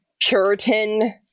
Puritan